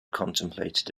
contemplated